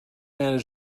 going